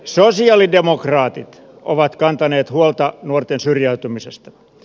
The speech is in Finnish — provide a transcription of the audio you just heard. sosialidemokraatit ovat kantaneet huolta nuorten syrjäytymisestä